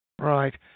right